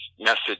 message